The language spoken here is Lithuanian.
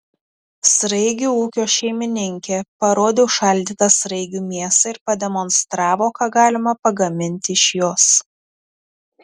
sraigių ūkio šeimininkė parodė užšaldytą sraigių mėsą ir pademonstravo ką galima pagaminti iš jos